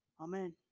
Amen